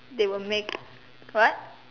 they will make what